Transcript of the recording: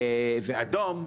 ואדום,